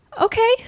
okay